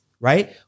Right